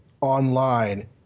online